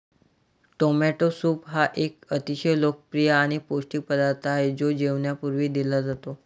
tomato soup हा एक अतिशय लोकप्रिय आणि पौष्टिक पदार्थ आहे जो जेवणापूर्वी दिला जातो